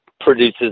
produces